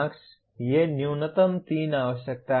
ये न्यूनतम तीन आवश्यकताएं हैं